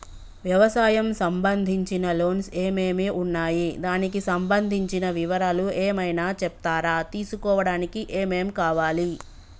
వ్యవసాయం సంబంధించిన లోన్స్ ఏమేమి ఉన్నాయి దానికి సంబంధించిన వివరాలు ఏమైనా చెప్తారా తీసుకోవడానికి ఏమేం కావాలి?